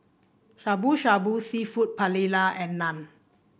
Shabu Shabu seafood Paella and Naan